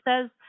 says